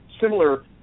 similar